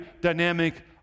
dynamic